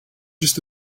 just